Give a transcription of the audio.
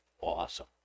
awesome